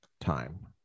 time